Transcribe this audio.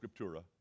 scriptura